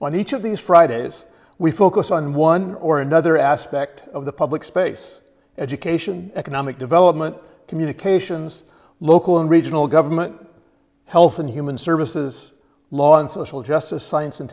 on each of these fridays we focus on one or another aspect of the public space education economic development communications local and regional government health and human services law and social justice science and